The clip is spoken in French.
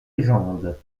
légende